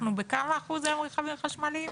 בכמה אחוז אנחנו היום ברכבים חשמליים?